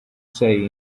say